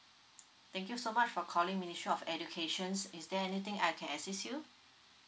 thank you so much for calling ministry of education is there anything I can assist you